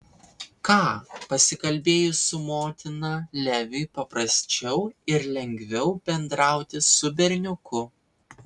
ką pasikalbėjus su motina leviui paprasčiau ir lengviau bendrauti su berniuku